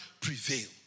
prevail